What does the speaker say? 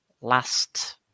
last